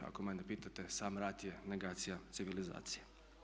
Ako mene pitate sam rat je negacija civilizacije.